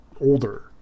older